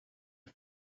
are